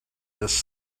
just